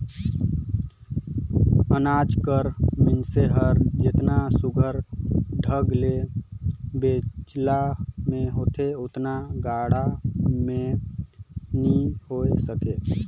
अनाज कर मिसई हर जेतना सुग्घर ढंग ले बेलना मे होथे ओतना गाड़ा मे नी होए सके